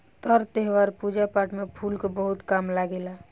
तर त्यौहार, पूजा पाठ में फूल के बहुत काम लागेला